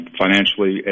financially